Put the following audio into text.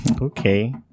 Okay